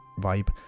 vibe